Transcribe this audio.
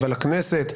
אבל הכנסת,